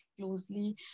closely